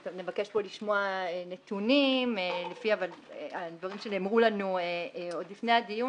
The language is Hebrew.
נבקש לשמוע פה נתונים על דברים שנאמרו לנו עוד לפני הדיון.